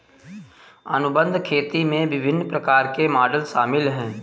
अनुबंध खेती में विभिन्न प्रकार के मॉडल शामिल हैं